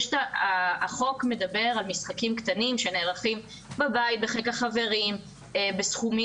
החוק מדבר על משחקים קטנים שנערכים בבית בחיק החברים בסכומים,